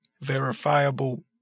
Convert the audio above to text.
verifiable